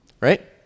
Right